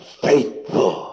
faithful